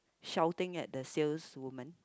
shouting at the sales woman